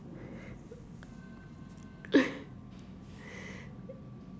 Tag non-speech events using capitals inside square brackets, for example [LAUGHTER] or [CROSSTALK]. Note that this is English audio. [LAUGHS]